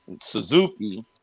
suzuki